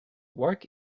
work